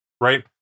right